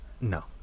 No